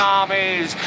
armies